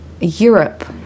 Europe